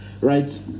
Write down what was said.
Right